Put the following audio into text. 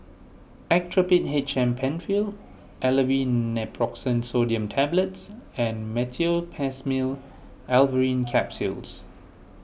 Actrapid H M Penfill Aleve Naproxen Sodium Tablets and Meteospasmyl Alverine Capsules